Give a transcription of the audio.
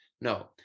No